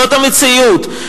זאת המציאות,